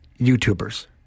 YouTubers